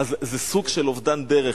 זה סוג של אובדן דרך.